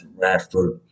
Radford